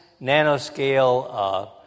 nanoscale